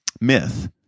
myth